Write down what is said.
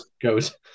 Goes